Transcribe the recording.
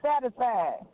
satisfied